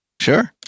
Sure